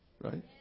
Right